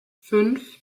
fünf